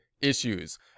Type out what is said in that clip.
issues